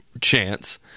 chance